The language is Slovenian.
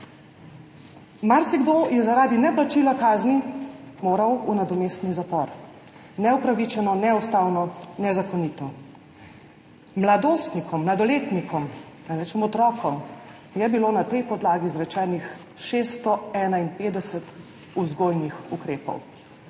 Marsikdo je zaradi neplačila kazni moral v nadomestni zapor. Neupravičeno, neustavno, nezakonito. Mladostnikom, mladoletnikom, da ne rečem otrokom, je bilo na tej podlagi izrečenih 651 vzgojnih ukrepov.